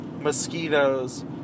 mosquitoes